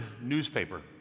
newspaper